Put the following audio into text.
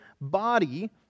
body